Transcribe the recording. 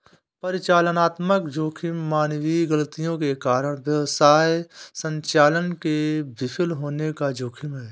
परिचालनात्मक जोखिम मानवीय गलतियों के कारण व्यवसाय संचालन के विफल होने का जोखिम है